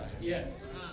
yes